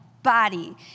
body